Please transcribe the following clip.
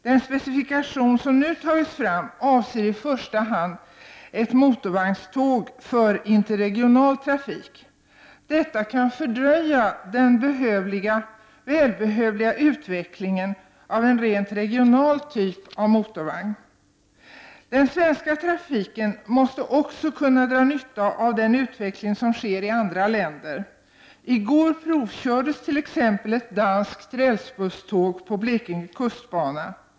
Den specifikation som nu har tagits fram avser i första hand ett motorvagnståg för interregional trafik. Detta kan fördröja den välbehövliga utvecklingen av en rent regional typ av motorvagn. Den svenska trafiken måste också kunna dra nytta av den utveckling som sker i andra länder. I går provkördes t.ex. ett danskt rälsbusståg på Blekinge kustbana.